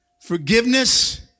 forgiveness